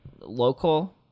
local